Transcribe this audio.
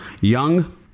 young